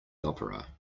opera